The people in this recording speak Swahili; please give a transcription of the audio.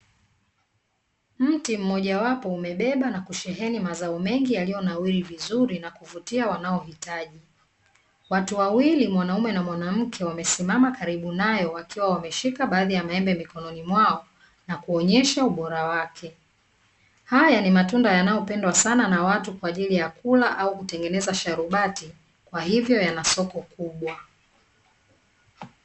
Mti mmojawapo umebeba na kusheheni mazao mengi yaliyo nawili vizuri na kuvutia wanaohitaji, watu wawili wanamke na mwanaume wakiwa wamesimama karibu nayo wameshika, maembe mikono mwao wakionyesha ubora wake, haya ni matunda yanayopendwa na watu kwa kula au kutengeneza sharubati kwa hivyo yana soko kubwa.